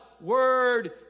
Word